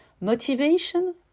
motivation